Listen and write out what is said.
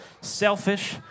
selfish